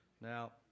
Now